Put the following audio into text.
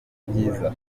byiza